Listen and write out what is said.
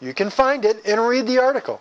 you can find it in read the article